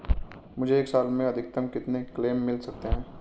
मुझे एक साल में अधिकतम कितने क्लेम मिल सकते हैं?